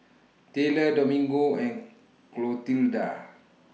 Tayler Domingo and Clotilda